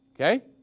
Okay